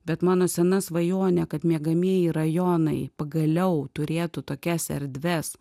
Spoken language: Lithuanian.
bet mano sena svajonė kad miegamieji rajonai pagaliau turėtų tokias erdves